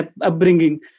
upbringing